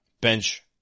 bench